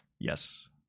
Yes